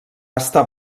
estar